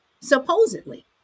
Supposedly